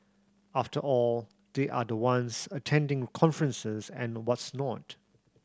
after all they are the ones attending conferences and what's not